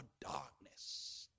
darkness